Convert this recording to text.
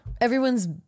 Everyone's